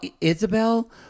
Isabel